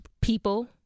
people